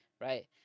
right